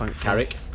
Carrick